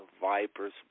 viper's